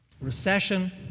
recession